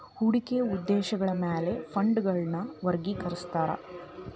ಹೂಡಿಕೆಯ ಉದ್ದೇಶಗಳ ಮ್ಯಾಲೆ ಫಂಡ್ಗಳನ್ನ ವರ್ಗಿಕರಿಸ್ತಾರಾ